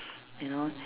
you know